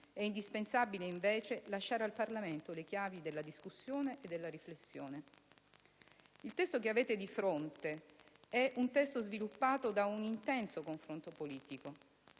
È indispensabile, invece, lasciare al Parlamento le chiavi della discussione e della riflessione. Il testo in esame è sviluppato da un intenso confronto politico